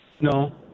No